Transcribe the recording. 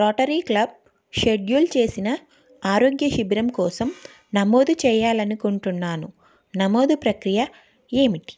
rotary Club schedule చేసిన ఆరోగ్య శిబిరం కోసం నమోదు చేయాలి అనుకుంటున్నాను నమోదు ప్రక్రియ ఏమిటి